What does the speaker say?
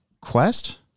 Quest